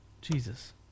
Jesus